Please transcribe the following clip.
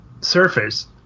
surface